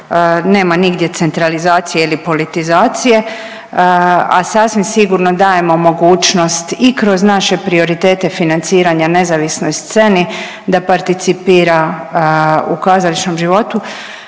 nema nigdje centralizacije ili politizacije, a sasvim sigurno dajemo mogućnost i kroz naše prioritete financiranja nezavisnoj sceni da participira u kazališnom životu.